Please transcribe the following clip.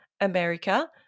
America